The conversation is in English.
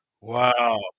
Wow